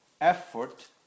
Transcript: Effort